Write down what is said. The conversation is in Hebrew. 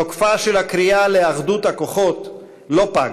תוקפה של הקריאה לאחדות הכוחות לא פג.